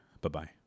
Bye-bye